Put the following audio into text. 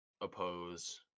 oppose